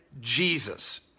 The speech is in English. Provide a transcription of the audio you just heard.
Jesus